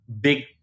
big